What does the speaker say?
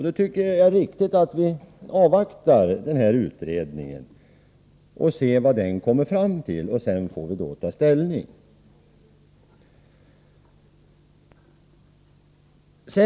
Då tycker jag att det är riktigt att vi avvaktar denna utredning och ser vad den kommer fram till. Sedan får vi ta ställning.